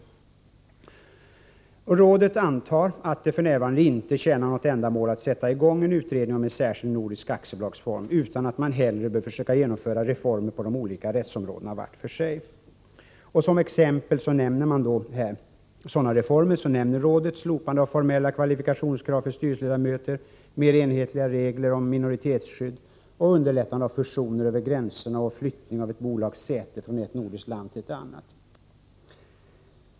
Ministerrådet antar att det f. n. inte tjänar något ändamål att sätta i gång en utredning om en särskild nordisk aktiebolagsform, utan att man hellre bör försöka genomföra reformer på de olika rättsområdena vart för sig. Som exempel på sådana reformer nämner rådet slopande av formella kvalifikationskrav för styrelseledamöter, mer enhetliga regler för minoritetsskydd och underlättande av fusioner över gränserna och flyttning av ett bolags säte från ett nordiskt land till ett annat.